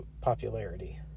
popularity